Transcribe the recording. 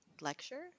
lecture